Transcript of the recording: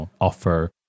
offer